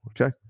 okay